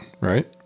right